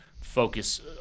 focus